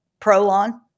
Prolon